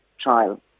trial